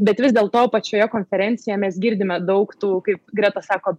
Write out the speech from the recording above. bet vis dėlto pačioje konferencijoje mes girdime daug tų kaip greta sako